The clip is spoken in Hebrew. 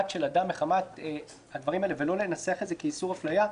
של אדם מחמת ---" הדברים האלה ולא לנסח את זה כאיסור אפליה,